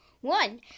one